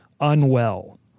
unwell